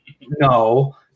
no